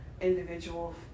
individual